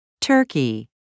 Turkey